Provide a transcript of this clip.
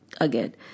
Again